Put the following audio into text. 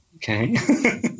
Okay